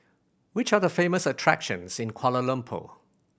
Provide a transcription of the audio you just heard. which are the famous attractions in Kuala Lumpur